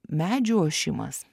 medžių ošimas